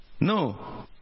No